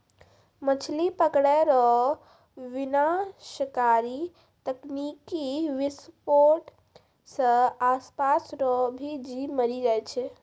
मछली पकड़ै रो विनाशकारी तकनीकी विसफोट से आसपास रो भी जीब मरी जाय छै